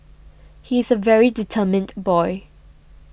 he's a very determined boy